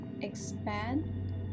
expand